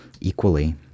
equally